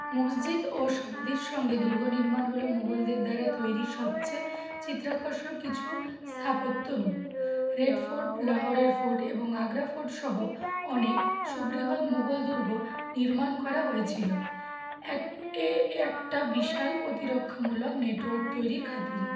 মসজিদ ও সমধির সঙ্গে দুর্গ নির্মণ হল মোগলদের দ্বারা তৈরি সবচেয়ে চিত্রাকষক কিছু স্থাপত্য রূপ রেড ফোর্ট লাহরের ফোর্ট এবং আগ্রা ফোর্টসহ অনেক সুবৃহৎ মুঘল দুর্গ নির্মাণ করা হয়েছিলো এক এ একটা বিশাল প্রতিরক্ষামূলক নেটওয়ার্ক তৈরির খাতিরে